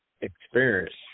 experience